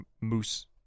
moose